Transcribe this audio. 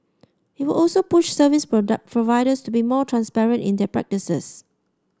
it will also push service product providers to be more transparent in their practices